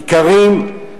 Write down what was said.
איכרים,